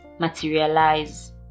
materialize